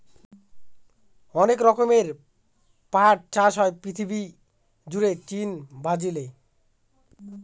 অনেক রকমের পাট চাষ হয় পৃথিবী জুড়ে চীন, ব্রাজিলে